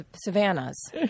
Savannas